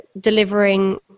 delivering